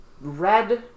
Red